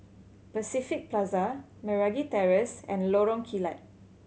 Pacific Plaza Meragi Terrace and Lorong Kilat